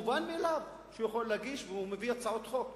מובן מאליו שהוא יכול להגיש הצעות חוק.